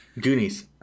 Goonies